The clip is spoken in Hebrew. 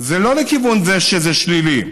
זה לא לכיוון זה, שזה שלילי,